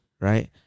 Right